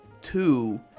two